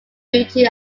beauty